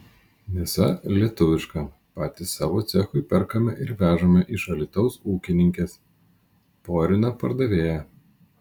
mėsa lietuviška patys savo cechui perkame ir vežame iš alytaus ūkininkės porina pardavėja